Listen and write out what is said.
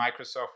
microsoft